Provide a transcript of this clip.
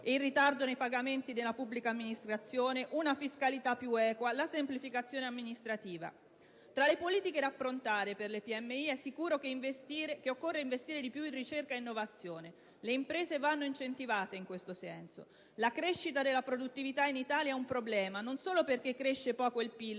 il ritardo nei pagamenti della pubblica amministrazione, una fiscalità più equa, la semplificazione amministrativa. Tra le politiche da affrontare per le PMI è sicuro che occorre investire di più in ricerca ed innovazione. Le imprese vanno incentivate in questo senso. La crescita della produttività in Italia è un problema, non solo perché cresce poco il PIL,